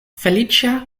feliĉa